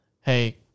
hey